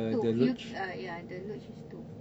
two you uh ya the luge is two